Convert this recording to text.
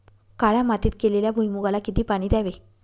काळ्या मातीत केलेल्या भुईमूगाला किती पाणी द्यावे?